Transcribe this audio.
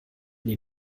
die